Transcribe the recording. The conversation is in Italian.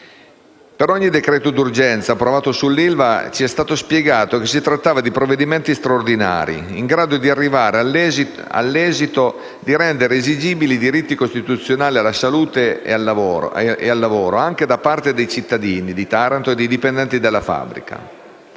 Per ogni decreto d'urgenza approvato sull'ILVA ci è stato spiegato che si trattava di provvedimenti straordinari, in grado di arrivare all'esito di rendere esigibili i diritti costituzionali alla salute e al lavoro anche da parte dei cittadini di Taranto e dei dipendenti della fabbrica.